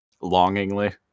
Longingly